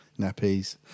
Nappies